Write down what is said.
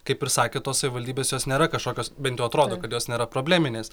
kaip ir sakė tos savivaldybės jos nėra kažkokios bent jau atrodo kad jos nėra probleminės